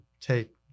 take